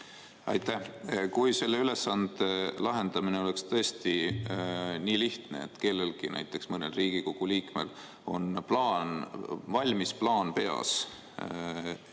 Aitäh! Kui selle ülesande lahendamine oleks tõesti nii lihtne, et kellelgi, näiteks mõnel Riigikogu liikmel, on valmis plaan peas